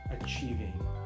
achieving